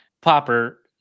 Popper